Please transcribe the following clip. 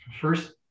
first